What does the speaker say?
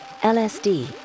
LSD